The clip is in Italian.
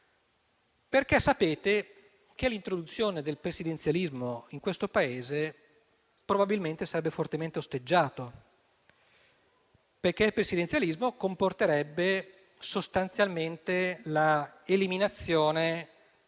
perché sapete che l'introduzione del presidenzialismo in questo Paese probabilmente sarebbe fortemente osteggiata. Ciò in quanto il presidenzialismo comporterebbe sostanzialmente l'eliminazione